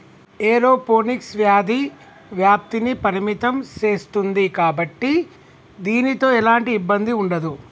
aeroponics వ్యాధి వ్యాప్తిని పరిమితం సేస్తుంది కాబట్టి దీనితో ఎలాంటి ఇబ్బంది ఉండదు